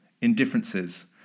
indifferences